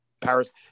Paris